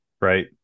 right